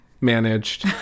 managed